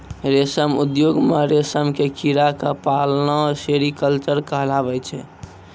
रेशम उद्योग मॅ रेशम के कीड़ा क पालना सेरीकल्चर कहलाबै छै